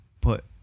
put